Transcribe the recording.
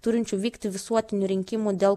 turinčių vykti visuotinių rinkimų dėl